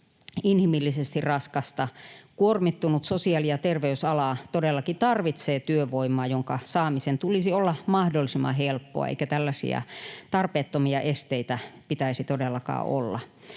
inhimillisesti raskasta. Kuormittunut sosiaali- ja terveysala todellakin tarvitsee työvoimaa, jonka saamisen tulisi olla mahdollisimman helppoa, eikä tällaisia tarpeettomia esteitä pitäisi todellakaan olla.